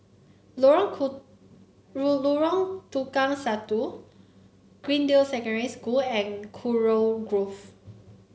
Lorong Lorong Tukang Satu Greendale Secondary School and Kurau Grove